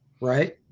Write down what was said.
right